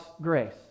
grace